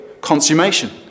consummation